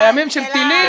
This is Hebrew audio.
על הימים של טילים.